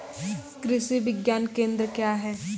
कृषि विज्ञान केंद्र क्या हैं?